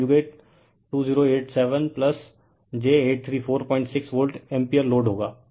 conjugate 2087 j 8346 volt ampere load होगा